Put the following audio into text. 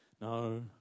no